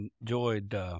Enjoyed